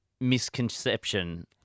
misconception